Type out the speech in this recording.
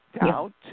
doubt